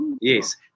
Yes